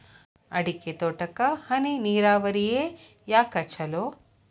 ಅಡಿಕೆ ತೋಟಕ್ಕ ಹನಿ ನೇರಾವರಿಯೇ ಯಾಕ ಛಲೋ?